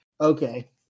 Okay